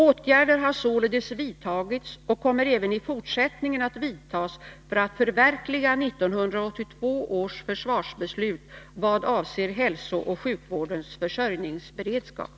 Åtgärder har således vidtagits och kommer även i fortsättningen att vidtas för att förverkliga 1982 års försvarsbeslut i vad avser hälsooch sjukvårdens försörjningsberedskap.